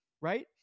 right